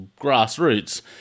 grassroots